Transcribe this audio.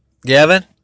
Gavin